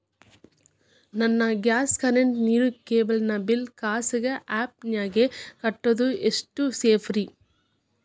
ನನ್ನ gas current, ನೇರು, cable ನ ಬಿಲ್ ಖಾಸಗಿ ಆ್ಯಪ್ ನ್ಯಾಗ್ ಕಟ್ಟೋದು ಎಷ್ಟು ಸೇಫ್ರಿ?